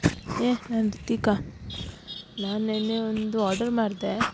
ಏ ನಾನು ರಿತಿಕಾ ನಾನು ನೆನ್ನೆ ಒಂದು ಆರ್ಡರ್ ಮಾಡಿದೆ